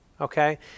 okay